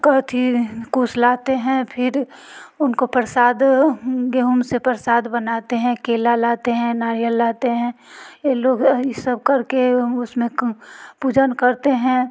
काभी कुछ लाते हैं फिर उनको प्रसाद गेहूं से प्रसाद बनाते हैं केला लाते हैं नारियल लाते हैं ये लोग इस सब कर के उसमें की पूजन करते हैं